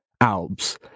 Alps